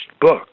book